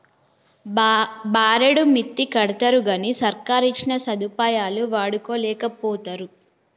బారెడు మిత్తికడ్తరుగని సర్కారిచ్చిన సదుపాయాలు వాడుకోలేకపోతరు